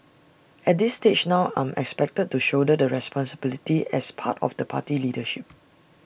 at this stage now I'm expected to shoulder the responsibility as part of the party leadership